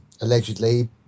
allegedly